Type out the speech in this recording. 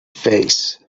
face